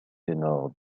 ténor